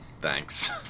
Thanks